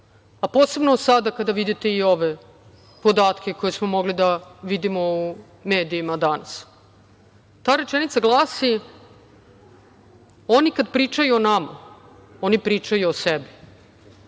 a posebno sada, kada vidite i ove podatke koje smo mogli da vidimo u medijima danas. Ta rečenica glasi – Oni kad pričaju o nama, oni pričaju o sebi.